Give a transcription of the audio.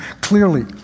clearly